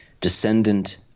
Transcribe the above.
descendant